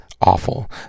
awful